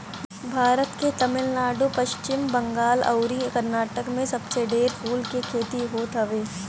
भारत के तमिलनाडु, पश्चिम बंगाल अउरी कर्नाटक में सबसे ढेर फूल के खेती होत हवे